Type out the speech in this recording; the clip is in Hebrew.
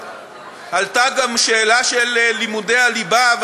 עלתה גם שאלה של לימודי הליבה,